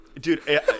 Dude